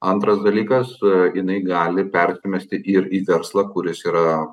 antras dalykas jinai gali persimesti ir į verslą kuris yra